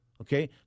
Okay